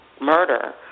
murder